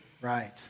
Right